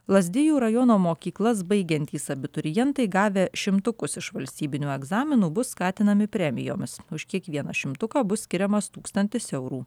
lazdijų rajono mokyklas baigiantys abiturientai gavę šimtukus iš valstybinių egzaminų bus skatinami premijomis už kiekvieną šimtuką bus skiriamas tūkstantis eurų